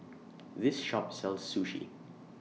This Shop sells Sushi